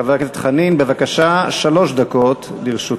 חבר הכנסת חנין, בבקשה, שלוש דקות לרשותך.